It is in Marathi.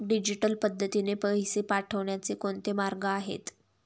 डिजिटल पद्धतीने पैसे पाठवण्याचे कोणते मार्ग आहेत?